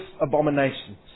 abominations